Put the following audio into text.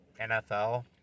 NFL